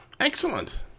Excellent